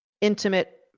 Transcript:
intimate